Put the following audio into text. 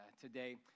today